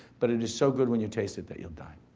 but it is so good when you taste it that you'll die.